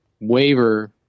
waiver